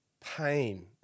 pain